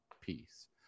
piece